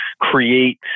create